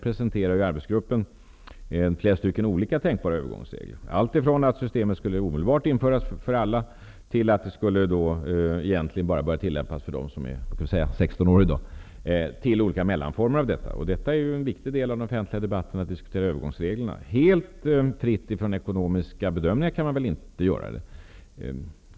Arbetsgruppen presenterar flera stycken olika, tänkbara övergångsregler, alltifrån att systemet skulle införas omedelbart för alla, till att det egentligen bara skulle börja tillämpas för dem som är 16 år i dag, och olika mellanformer av detta. Det är en viktig del av den offentliga debatten att diskutera övergångsreglerna. Helt fritt från ekonomiska bedömningar kan man väl inte göra det.